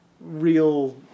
real